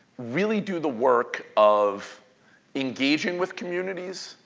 really do the work of engaging with communities,